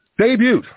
debuted